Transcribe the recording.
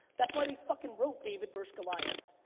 that's why they fucking wrote david versus goliath.